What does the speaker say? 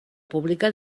pública